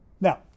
Now